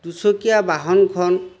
দুচকীয়া বাহনখন